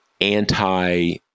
anti